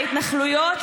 להתנחלויות,